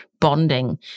bonding